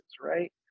right